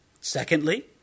Secondly